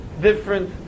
different